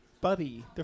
buddy